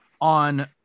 on